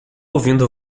ouvindo